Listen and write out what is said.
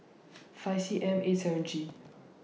five C M eight seven G